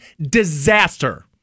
disaster